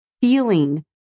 feeling